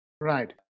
Right